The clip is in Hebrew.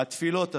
התפילות עזרו.